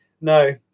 no